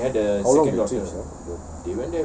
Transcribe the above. how long the trip sia